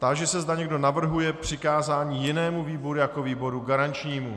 Táži se, zda někdo navrhuje přikázání jinému výboru jako výboru garančnímu.